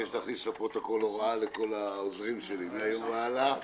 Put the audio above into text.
אני מבקש להכניס לפרוטוקול הוראה לכל העוזרים שלי: מהיום והלאה